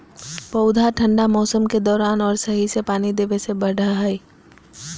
पौधा ठंढा मौसम के दौरान और सही से पानी देबे से बढ़य हइ